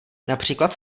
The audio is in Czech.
například